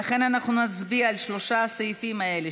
ולכן אנחנו נצביע על שלושת הסעיפים האלה,